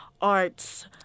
arts